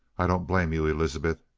i don't blame you, elizabeth,